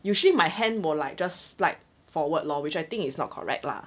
usually my hand will like just slide forward lor which I think is not correct lah